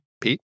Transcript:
Pete